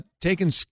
taking